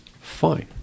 Fine